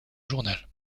journal